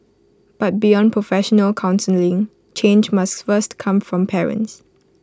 but beyond professional counselling change must first come from parents